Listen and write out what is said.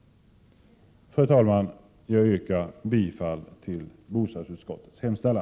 Fru talman! Jag yrkar bifall till bostadsutskottets hemställan.